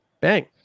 bang